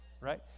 right